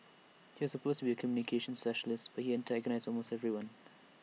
he was supposed to be A communications specialist but he antagonised almost everyone